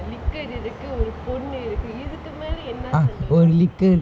liquor இருக்கு ஒரு பொண்ணு இருக்கு இதுக்கு மேல என்ன சந்தோசம்:irukku oru ponnu irukku ithukku mela enna santhosam